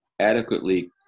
adequately